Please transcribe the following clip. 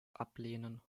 ablehnen